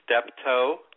Steptoe